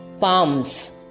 palms